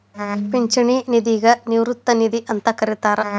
ಪಿಂಚಣಿ ನಿಧಿಗ ನಿವೃತ್ತಿ ನಿಧಿ ಅಂತೂ ಕರಿತಾರ